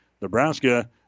Nebraska